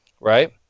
right